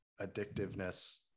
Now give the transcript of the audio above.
addictiveness